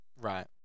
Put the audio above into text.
Right